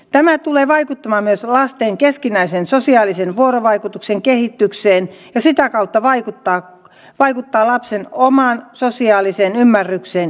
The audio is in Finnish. tämä tulee vaikuttamaan myös lasten keskinäisen sosiaalisen vuorovaikutuksen kehitykseen ja sitä kautta vaikuttaa lapsen omaan sosiaaliseen ymmärrykseen ja kehitykseen